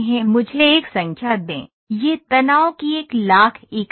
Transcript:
मुझे एक संख्या दें यह तनाव की एक लाख इकाई है